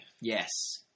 Yes